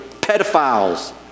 pedophiles